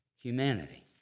humanity